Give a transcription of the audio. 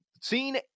Seen